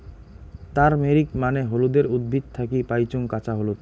turmeric মানে হলুদের উদ্ভিদ থাকি পাইচুঙ কাঁচা হলুদ